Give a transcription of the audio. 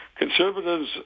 Conservatives